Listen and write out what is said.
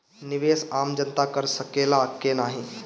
निवेस आम जनता कर सकेला की नाहीं?